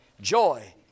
joy